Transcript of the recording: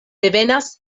devenas